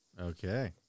Okay